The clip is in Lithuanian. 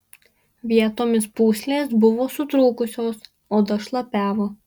vietomis pūslės buvo sutrūkusios oda šlapiavo